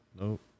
Nope